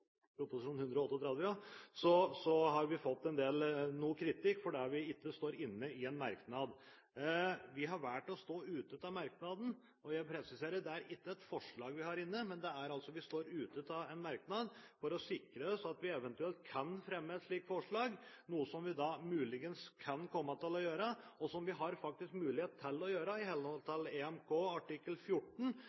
har vi fått noe kritikk fordi vi ikke står inne i en merknad. Vi har valgt å stå utenfor merknaden. Jeg presiserer at det er ikke et forslag vi har inne, men vi står utenfor en merknad for å sikre oss at vi eventuelt kan fremme et slikt forslag, noe som vi muligens kan komme til å gjøre, og som vi faktisk har mulighet til å gjøre i henhold til EMK artikkel 14,